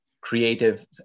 creative